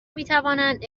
میتوانند